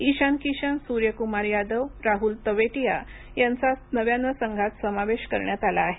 ईशान किशन सुर्यकुमार यादव राहूल तवेटीया यांचा नव्याने संघात समावेश करण्यात आला आहे